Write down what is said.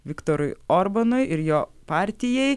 viktorui orbanui ir jo partijai